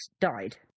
died